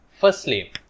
firstly